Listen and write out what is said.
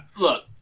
look